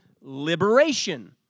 liberation